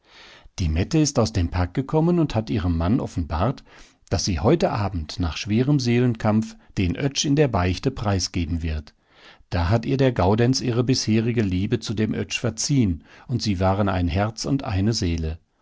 die mette ist aus dem park gekommen und hat ihrem mann offenbart daß sie heute abend nach schwerem seelenkampf den oetsch in der beichte preisgeben wird da hat ihr der gaudenz ihre bisherige liebe zu dem oetsch verziehen und sie waren ein herz und eine seele